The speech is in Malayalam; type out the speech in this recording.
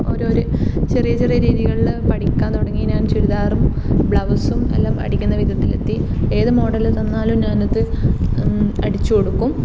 ഒരോരോ ചെറിയ ചെറിയ രീതികളിൽ പഠിക്കാൻ തുടങ്ങി ഞാൻ ചുരിദാറും ബ്ലൗസും എല്ലാം അടിക്കുന്ന വിധത്തിലെത്തി ഏത് മോഡൽ തന്നാലും ഞാനത് അടിച്ച് കൊടുക്കും